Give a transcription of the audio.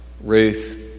Ruth